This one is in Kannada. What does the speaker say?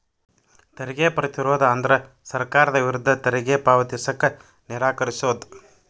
ತೆರಿಗೆ ಪ್ರತಿರೋಧ ಅಂದ್ರ ಸರ್ಕಾರದ ವಿರುದ್ಧ ತೆರಿಗೆ ಪಾವತಿಸಕ ನಿರಾಕರಿಸೊದ್